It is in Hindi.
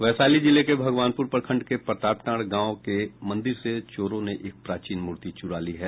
वैशाली जिले के भागवानपुर प्रखंड के प्रतापटांड़ गांव के मंदिर से चोरों ने एक प्राचीन मूर्ति चुरा ली है